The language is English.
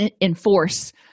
enforce